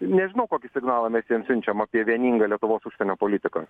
nežinau kokį signalą mes jiem siunčiam apie vieningą lietuvos užsienio politiką